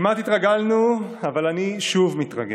כמעט התרגלנו, אבל אני שוב מתרגש.